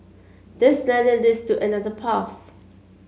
this ladder leads to another path